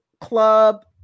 club